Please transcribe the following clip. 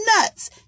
nuts